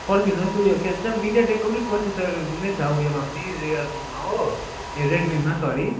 पर्खिनुहोस् त्यो उयो के भन्छ मिडियाटेकको पनि प्रोसेसर नै छ उयोमा पनि रियलमीमा हो ए रेडमीमा सरी